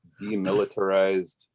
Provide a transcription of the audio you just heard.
demilitarized